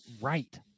right